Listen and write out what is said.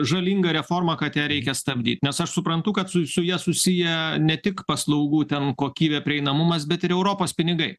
žalinga reforma kad ją reikia stabdyt nes aš suprantu kad su ja susiję ne tik paslaugų ten kokybė prieinamumas bet ir europos pinigai